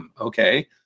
Okay